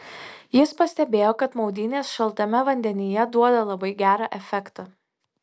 jis pastebėjo kad maudynės šaltame vandenyje duoda labai gerą efektą